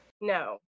No